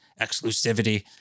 exclusivity